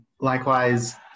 likewise